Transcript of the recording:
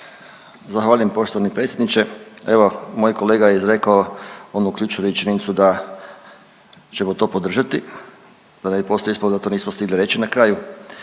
Zahvaljujem poštovani predsjedniče, evo, moj kolega je izrekao onu ključnu rečenicu da ćemo to podržati, da ne bi poslije ispalo da to nismo stigli reći na kraju,